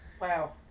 Wow